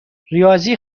ریاضی